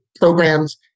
programs